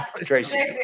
Tracy